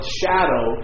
shadow